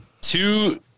Two